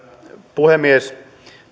puhemies